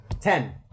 Ten